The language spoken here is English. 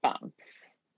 bumps